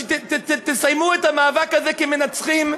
תסיימו את המאבק הזה כמנצחים,